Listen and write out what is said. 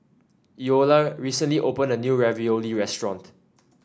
Eola recently opened a new Ravioli restaurant